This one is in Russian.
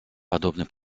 подобный